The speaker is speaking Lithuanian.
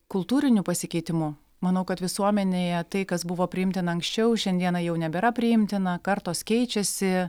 kultūriniu pasikeitimu manau kad visuomenėje tai kas buvo priimtina anksčiau šiandieną jau nebėra priimtina kartos keičiasi